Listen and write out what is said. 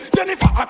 Jennifer